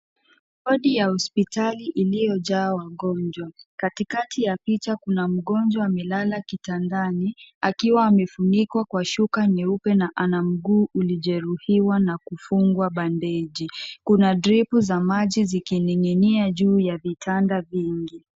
Wodi ya hospitali iliyojaa wagonjwa. Katikati ya picha kuna mgonjwa amelala kitanda, akiwa amefunikwa kwa kitambaa cheupe na ana mguu uliojeruhiwa na amefungwa bandeji. Kuna dripu za maji zikining'inia juu ya vitanda vingi.